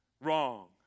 wrong